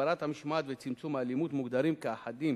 הגברת המשמעת וצמצום האלימות מוגדרים כאחדים